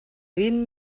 vint